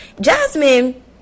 Jasmine